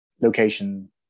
location